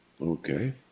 Okay